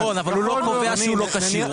נכון, אבל הוא לא יודע שהוא לא כשיר.